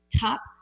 top